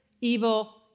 evil